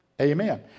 Amen